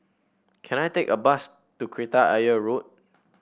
can I take a bus to Kreta Ayer Road